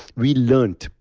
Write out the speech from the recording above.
we learned.